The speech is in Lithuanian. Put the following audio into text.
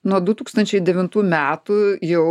nuo du tūkstančiai devintų metų jau